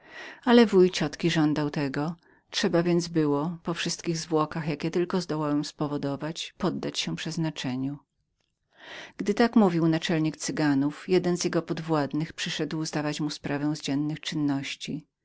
ale ojciec mojej ciotki żądał tego trzeba więc było po wszystkich zwłokach na jakie tylko zdołałem się zdobyć poddać się przeznaczeniu gdy tak mówił naczelnik cyganów jeden z jego podwładnych przyszedł zdawać mu sprawę z dziennych czynności